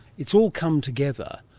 it's all come together,